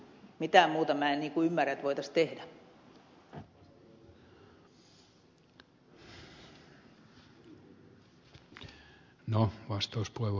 mitään muuta minä en ymmärrä että voitaisiin tehdä